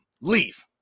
Leave